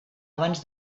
abans